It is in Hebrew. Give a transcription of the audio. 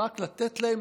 רק לתת להם